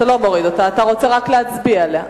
אתה לא מוריד אותה, אתה רוצה גם להצביע עליה.